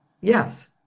Yes